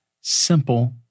simple